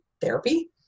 therapy